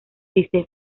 dice